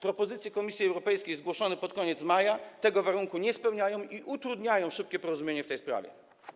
Propozycje Komisji Europejskiej zgłoszone pod koniec maja tego warunku nie spełniają i utrudniają szybkie porozumienie w tej sprawie.